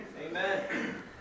Amen